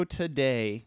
today